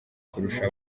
kurusha